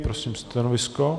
Prosím stanovisko.